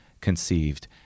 conceived